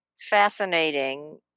fascinating